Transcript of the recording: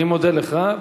אני מודה לך,